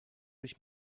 mich